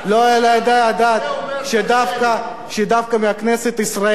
לא יעלה על הדעת שדווקא מכנסת ישראל,